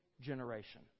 generation